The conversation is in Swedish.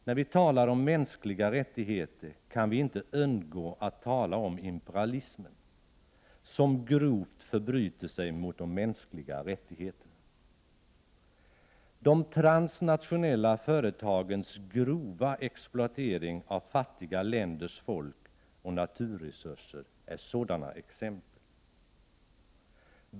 När vi talar om mänskliga rättigheter kan vi inte undgå att tala om imperialismen, som grovt förbryter sig mot de mänskliga rättigheterna. De transnationella företagens grova exploatering av fattiga länders folk och naturresurser är sådana exempel.